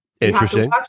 Interesting